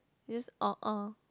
this orh orh